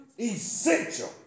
essential